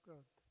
God